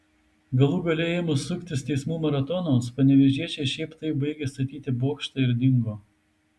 galų gale ėmus suktis teismų maratonams panevėžiečiai šiaip taip baigė statyti bokštą ir dingo